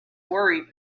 worried